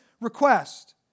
request